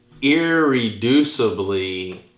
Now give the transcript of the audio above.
irreducibly